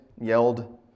yelled